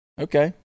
Okay